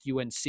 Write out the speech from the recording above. UNC